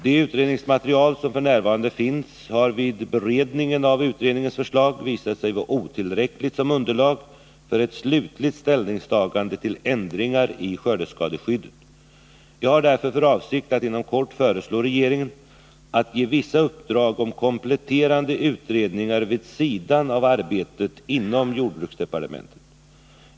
Det utredningsmaterial som f. n. finns har vid beredningen av utredningens förslag visat sig vara otillräckligt som underlag för ett slutligt ställningstagande till ändringar i skördeskadeskyddet. Jag har därför för avsikt att inom kort föreslå regeringen att ge vissa uppdrag om kompletterande utredningar vid sidan av arbetet inom jordbruksdepartementet.